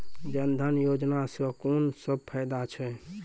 जनधन योजना सॅ कून सब फायदा छै?